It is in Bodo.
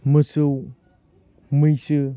मोसौ मैसो